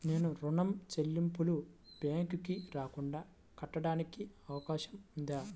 నేను ఋణం చెల్లింపులు బ్యాంకుకి రాకుండా కట్టడానికి అవకాశం ఉందా?